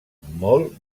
molt